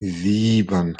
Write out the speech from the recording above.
sieben